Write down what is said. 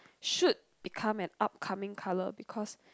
should become an upcoming colour because